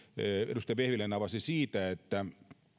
edustaja vehviläinen avasi siitä että